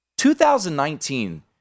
2019